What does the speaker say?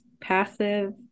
passive